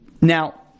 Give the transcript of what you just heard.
Now